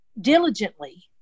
diligently